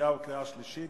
אני קובע שהודעתו